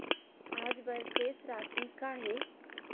आज बर शेष राशि का हे?